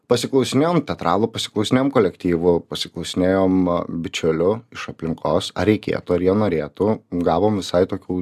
pasiklausinėjom teatralų pasiklausinėjom kolektyvų pasiklausinėjom bičiulių iš aplinkos ar reikėtų ar jie norėtų gavom visai tokių